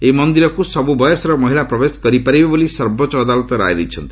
ଏହି ମନ୍ଦିରକୁ ସବୁ ବୟସର ମହିଳା ପ୍ରବେଶ କରିପାରିବେ ବୋଲି ସର୍ବୋଚ୍ଚ ଅଦାଲତ ରାୟ ଦେଇଛନ୍ତି